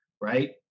right